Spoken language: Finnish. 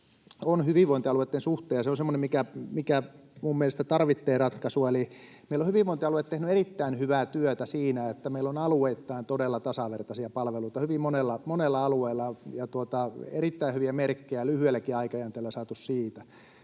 on hyvinvointialueitten suhteen, ja se on semmoinen, mikä minun mielestäni tarvitsee ratkaisua. Meillä ovat hyvinvointialueet tehneet erittäin hyvää työtä siinä, että meillä on alueittain todella tasavertaisia palveluita, hyvin monella alueella, ja erittäin hyviä merkkejä lyhyelläkin aikajänteellä on saatu siitä.